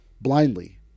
Blindly